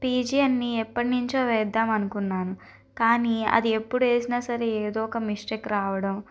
పీజియన్ని ఎప్పటినుంచో వేద్దాం అనుకున్నాను కానీ అది ఎప్పుడేసినా సరే ఏదో ఒక మిస్టేక్ రావడం